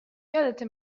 یادته